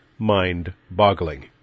mind-boggling